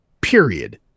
Period